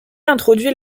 introduit